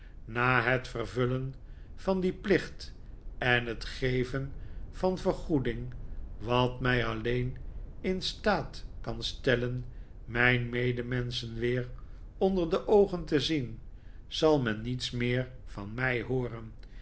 na het vervullen van dien plicht en het geven van vergoeding wat mij alleen in staat kan stellen mijn medemensch weer onder de oogen te zien zal men niets meer van mij hooren